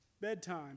bedtime